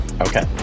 Okay